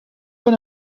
been